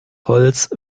holz